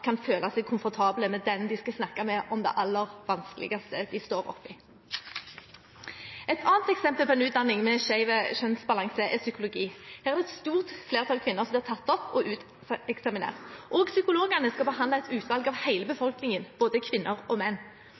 kan føle seg komfortable med den de skal snakke med om det aller vanskeligste de står oppe i. Et annet eksempel på en utdanning med skjev kjønnsbalanse er psykologi. Her er det et stort flertall kvinner som blir tatt opp og uteksaminert, og psykologene skal behandle et utvalg av hele befolkningen, både kvinner og menn.